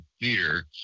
fear